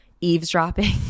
eavesdropping